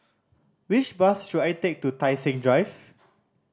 which bus should I take to Tai Seng Drive